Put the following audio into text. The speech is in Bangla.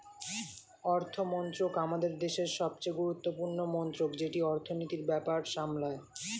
অর্থমন্ত্রক আমাদের দেশের সবচেয়ে গুরুত্বপূর্ণ মন্ত্রক যেটি অর্থনীতির ব্যাপার সামলায়